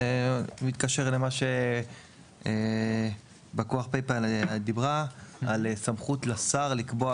זה מתקשר למה שבא כוח PayPal דיברה על סמכות של השר לקבוע